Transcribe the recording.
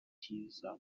tizama